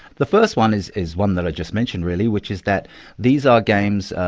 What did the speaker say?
the first one is is one that i just mentioned really, which is that these are games.